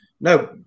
No